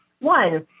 One